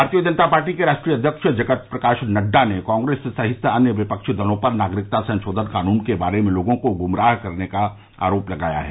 भारतीय जनता पार्टी के राष्ट्रीय अध्यक्ष जगत प्रकाश नड्डा ने कांग्रेस सहित अन्य विपक्षी दलों पर नागरिकता संशोधन कानून के बारे में लोगों को गुमराह करने का आरोप लगाया है